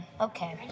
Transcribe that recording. okay